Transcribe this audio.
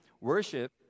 Worship